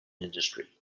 industry